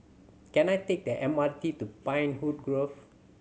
can I take the M R T to Pinewood Grove